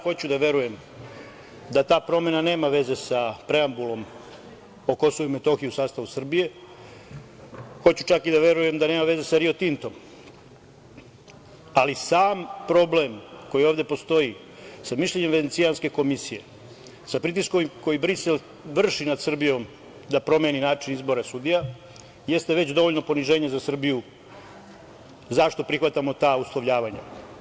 Hoću da verujem da ta promena nema veze sa preambulom o Kosovu i Metohiji u sastavu Srbije, hoću čak da verujem da nema veze sa Rio Tintom, ali sam problem koji ovde postoji sa mišljenjem Venecijanske komisije, sa pritiskom koji Brisel vrši nad Srbijom da promeni način izbora sudija, jeste već dovoljno poniženje za Srbiju zašto prihvatamo ta uslovljavanja.